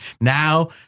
Now